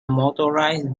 motorized